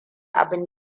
abun